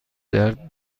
درد